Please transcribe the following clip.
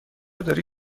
داری